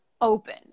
open